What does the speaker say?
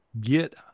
get